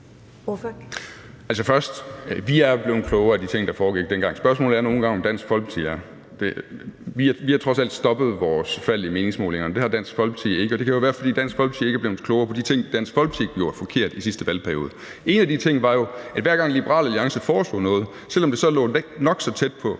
vil jeg sige, at vi er blevet klogere af de ting, der foregik dengang. Spørgsmålet er nogle gange, om Dansk Folkeparti er. Vi har trods alt stoppet vores fald i meningsmålingerne – det har Dansk Folkeparti ikke, og det kan jo være, fordi Dansk Folkeparti ikke er blevet klogere på de ting, Dansk Folkeparti gjorde forkert i sidste valgperiode. En af de ting var jo, at hver gang Liberal Alliance foreslog noget, selv om det lå nok så tæt på